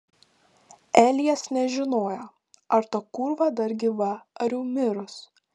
elijas nežinojo ar ta kūrva dar gyva ar jau mirus